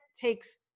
takes